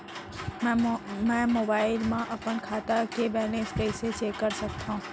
मैं मोबाइल मा अपन खाता के बैलेन्स कइसे चेक कर सकत हव?